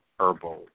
herbal